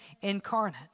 incarnate